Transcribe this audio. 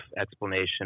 explanation